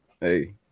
hey